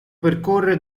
percorre